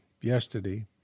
yesterday